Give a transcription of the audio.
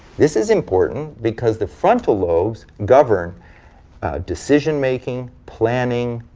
this is important because the frontal lobes govern decision making, planning,